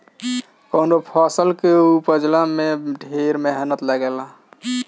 कवनो फसल के उपजला में ढेर मेहनत लागेला